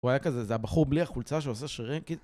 הוא היה כזה, זה הבחור בלי החולצה שעושה שרירים.